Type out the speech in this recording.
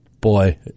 boy